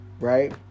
right